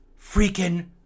freaking